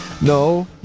no